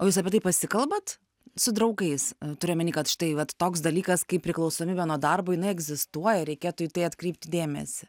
o jūs apie tai pasikalbat su draugais turiu omeny kad štai vat toks dalykas kaip priklausomybė nuo darbo jinai egzistuoja ir reikėtų į tai atkreipti dėmesį